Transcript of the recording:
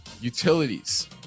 utilities